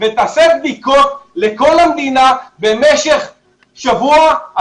ותעשה בדיקות לכל המדינה במשך שבוע,